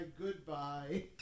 Goodbye